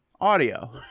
audio